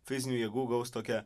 fizinių jėgų gaus tokią